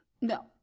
No